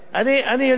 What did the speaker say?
אספר לך אחר כך,